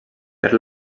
per